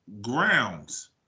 grounds